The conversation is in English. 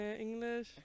English